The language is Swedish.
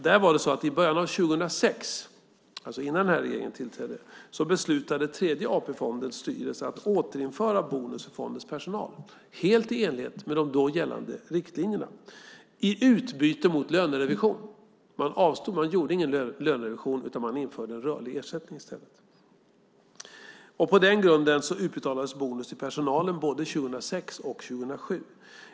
I början av 2006, alltså innan den här regeringen tillträdde, beslutade Tredje AP-fondens styrelse att återinföra bonus för fondens personal, helt i enlighet med de då gällande riktlinjerna, i utbyte mot lönerevision. Man gjorde ingen lönerevision utan man införde rörlig ersättning i stället. På den grunden utbetalades bonus till personalen både 2006 och 2007.